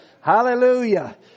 Hallelujah